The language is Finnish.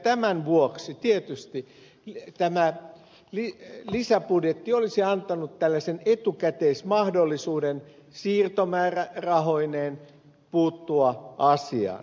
tämän vuoksi tietysti tämä lisäbudjetti siirtomäärärahoineen olisi antanut tällaisen etukäteismahdollisuuden puuttua asiaan